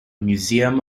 museum